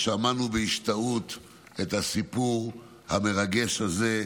ושמענו בהשתאות את הסיפור המרגש הזה.